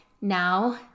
now